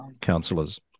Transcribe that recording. councillors